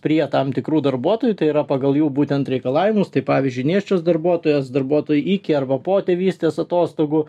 prie tam tikrų darbuotojų tai yra pagal jų būtent reikalavimus tai pavyzdžiui nėščios darbuotojos darbuotojai iki arba po tėvystės atostogų